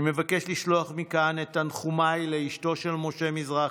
אני מבקש לשלוח מכאן את תנחומיי לאשתו של משה מזרחי,